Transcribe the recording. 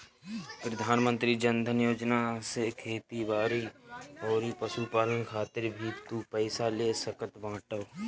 प्रधानमंत्री जन धन योजना से खेती बारी अउरी पशुपालन खातिर भी तू पईसा ले सकत बाटअ